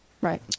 Right